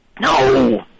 No